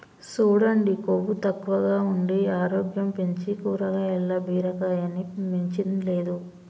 సూడండి కొవ్వు తక్కువగా ఉండి ఆరోగ్యం పెంచీ కాయగూరల్ల బీరకాయని మించింది లేదు